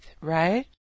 right